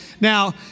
Now